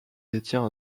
détient